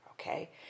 Okay